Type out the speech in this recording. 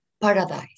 paradise